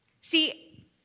See